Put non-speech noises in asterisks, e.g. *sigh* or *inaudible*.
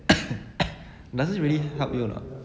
*coughs* *coughs* doesn't really help you lah